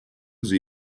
sie